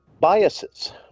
biases